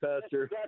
pastor